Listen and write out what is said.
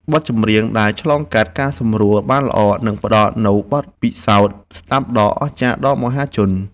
បទចម្រៀងដែលឆ្លងកាត់ការសម្រួលបានល្អនឹងផ្ដល់នូវបទពិសោធន៍ស្ដាប់ដ៏អស្ចារ្យដល់មហាជន។